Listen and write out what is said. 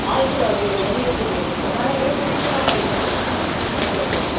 हजुर हजुर home delivery हुन्छ मलाई एड्रेस चाहिँ पठाइ दिनुहोस् न तपाईँको